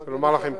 אני רוצה לומר לכם,